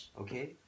okay